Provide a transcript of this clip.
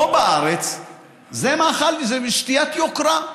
פה בארץ זה משקה יוקרה.